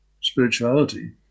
spirituality